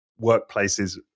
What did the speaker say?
workplaces